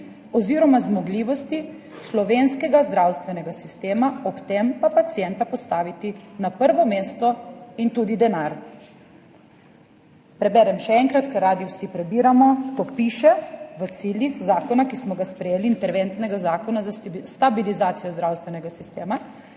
oziroma zmogljivosti slovenskega zdravstvenega sistema, ob tem pa pacienta postaviti na prvo mesto, in tudi denar. Preberem še enkrat, kar radi vsi prebiramo, to piše v ciljih zakona, ki smo ga sprejeli, interventnega zakona za stabilizacijo zdravstvenega sistema: